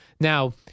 Now